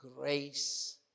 grace